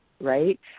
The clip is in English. right